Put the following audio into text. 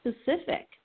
specific